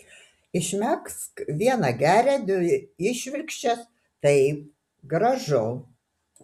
išmegzk vieną gerą dvi išvirkščias taip gražu